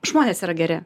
žmonės yra geri